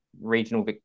regional